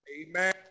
Amen